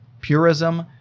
Purism